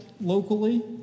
locally